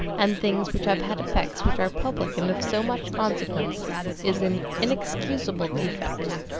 and things which have had effects which are public and of so much consequence is an inexcusable defect.